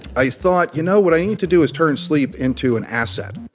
i thought, you know, what i need to do is turn sleep into an asset.